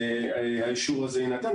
האישור הזה ינתן.